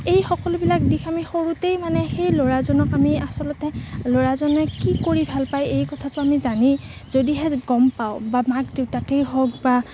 এই সকলোবিলাক দিশ আমি সৰুতেই মানে সেই ল'ৰাজনক আমি আচলতে ল'ৰাজনে কি কৰি ভাল পায় এই কথাটো আমি জানি যদিহে গম পাওঁ বা মাক দেউতাকে হওক বা